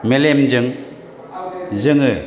मेलेमजों जोङो